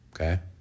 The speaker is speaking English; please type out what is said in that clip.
Okay